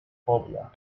phobia